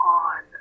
on